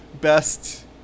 best